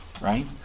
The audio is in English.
Right